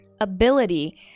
ability